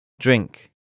Drink